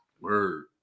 word